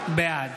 בעד